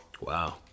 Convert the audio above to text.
Wow